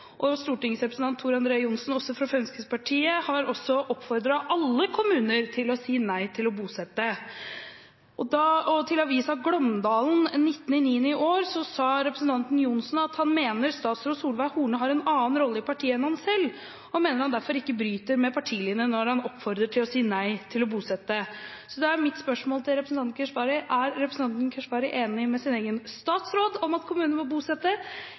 og stortingsrepresentanten Tor André Johnsen, også fra Fremskrittspartiet, har oppfordret alle kommuner til å si nei til å bosette. Til avisa Glåmdalen 19. september i år sa representanten Johnsen at han mener «statsråd Horne har en annen rolle i partiet enn ham selv, og mener han derfor ikke bryter med partilinjen når han oppfordrer til å si nei til å bosette». Da er mitt spørsmål til representanten Keshvari: Er representanten Keshvari enig med sin egen statsråd om at kommunene må bosette,